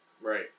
Right